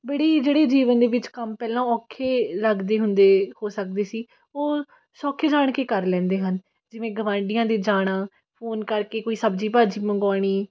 ਬੜੇ ਜਿਹੜੇ ਜੀਵਨ ਦੇ ਵਿੱਚ ਕੰਮ ਪਹਿਲਾਂ ਔਖੇ ਲੱਗਦੇ ਹੁੰਦੇ ਹੋ ਸਕਦੇ ਸੀ ਉਹ ਸੌਖੇ ਜਾਣ ਕੇ ਕਰ ਲੈਂਦੇ ਹਨ ਜਿਵੇਂ ਗਵਾਂਢੀਆਂ ਦੇ ਜਾਣਾ ਫੋਨ ਕਰਕੇ ਕੋਈ ਸਬਜ਼ੀ ਭਾਜੀ ਮੰਗਾਉਣੀ